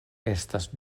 estas